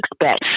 expect